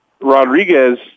Rodriguez